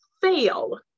fail